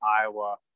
Iowa